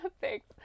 thanks